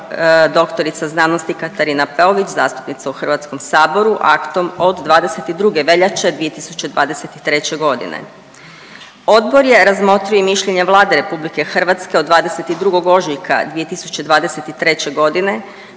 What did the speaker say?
podnijela dr.sc. Katarina Peović zastupnica u Hrvatskom saboru aktom od 22. veljače 2023. godine. Odbor za razmotrio i mišljenje Vlade RH od 22. ožujka 2023. godine